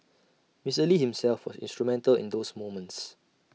Mister lee himself was instrumental in those moments